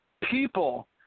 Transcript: people